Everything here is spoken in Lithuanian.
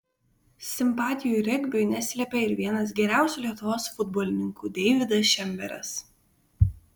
simpatijų regbiui neslėpė ir vienas geriausių lietuvos futbolininkų deividas šemberas